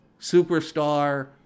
Superstar